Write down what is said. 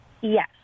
Yes